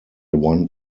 one